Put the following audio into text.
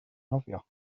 nofio